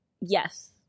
Yes